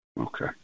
Okay